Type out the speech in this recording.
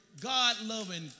God-loving